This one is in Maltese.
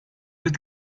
bit